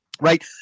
right